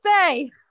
say